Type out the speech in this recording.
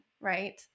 Right